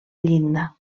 llinda